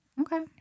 Okay